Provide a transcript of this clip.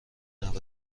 نود